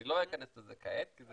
אני לא אכנס לזה כעת, כי זו